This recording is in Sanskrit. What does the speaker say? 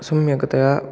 सम्यक्तया